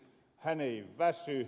hän ei väsy